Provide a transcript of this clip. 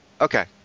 Okay